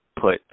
put